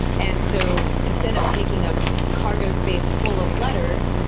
and so instead of taking up cargo space full of letters,